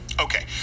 Okay